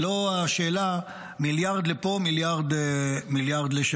היא לא השאלה של מיליארד לפה מיליארד לשם,